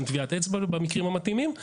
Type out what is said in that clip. גם טביעת אצבע במקרים המתאימים.